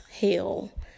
hell